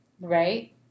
Right